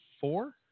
four